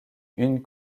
une